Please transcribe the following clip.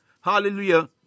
Hallelujah